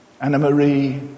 Anna-Marie